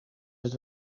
het